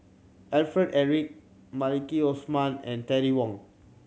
Alfred Eric Maliki Osman and Terry Wong